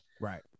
right